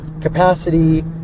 capacity